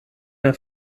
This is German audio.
mehr